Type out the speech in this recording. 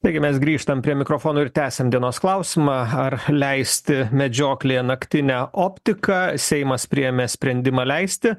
taigi mes grįžtam prie mikrofonų ir tęsiam dienos klausimą ar leisti medžioklėje naktinę optiką seimas priėmė sprendimą leisti